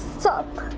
stop